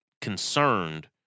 concerned